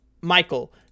michael